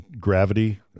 Gravity